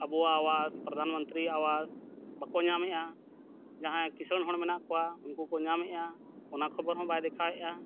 ᱟᱵᱚᱣᱟᱜ ᱟᱣᱟᱥ ᱯᱨᱚᱫᱷᱟᱱ ᱢᱚᱱᱛᱨᱤ ᱟᱣᱟᱥ ᱵᱟᱠᱚ ᱧᱟᱢᱮᱜᱼᱟ ᱡᱟᱦᱟᱸᱭ ᱠᱤᱥᱟᱹᱬ ᱦᱚᱲ ᱢᱮᱱᱟᱜ ᱠᱚᱣᱟ ᱩᱱᱠᱩ ᱠᱚ ᱧᱟᱢᱮᱜᱼᱟ ᱚᱱᱟ ᱠᱷᱚᱵᱚᱨ ᱦᱚᱸ ᱵᱟᱭ ᱫᱮᱠᱷᱟᱣᱮᱫᱼᱟ